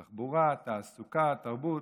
תחבורה, תעסוקה, תרבות.